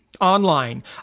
online